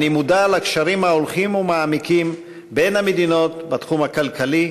אני מודע לקשרים ההולכים ומעמיקים בין המדינות בתחום הכלכלי,